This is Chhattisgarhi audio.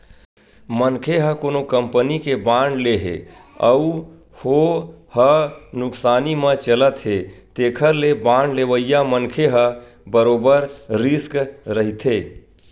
मनखे ह कोनो कंपनी के बांड ले हे अउ हो ह नुकसानी म चलत हे तेखर ले बांड लेवइया मनखे ह बरोबर रिस्क रहिथे